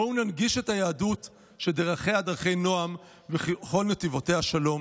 בואו ננגיש את היהדות שדרכיה דרכי נועם וכל נתיבותיה שלום.